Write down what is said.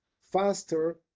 faster